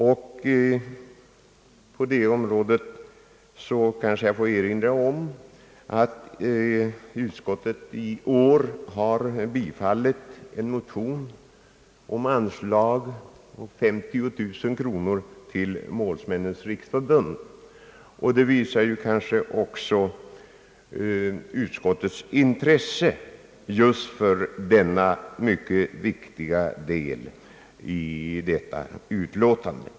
I sammanhanget får jag kanske erinra om att utskottet i år har bifallit en motion om anslag på 50 000 kronor till Målsmännens riksförbund. Även det kan belysa utskottets intresse för just detta mycket viktiga avsnitt.